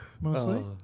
mostly